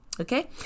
Okay